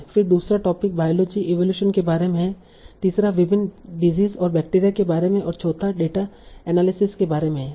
फिर दूसरा topic biology evolution के बारे में तीसरा विभिन्न डिजीज और बैक्टीरिया के बारे में और चोथा डेटा एनालिसिस के बारे में है